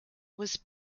was